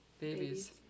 babies